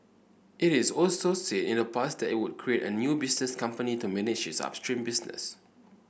it is also said in the past that it would create a new business company to manage its upstream business